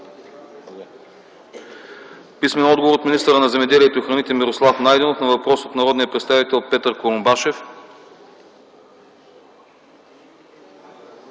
писмен отговор от министъра на земеделието и храните Мирослав Найденов на въпрос от народния представител Петър Курумбашев;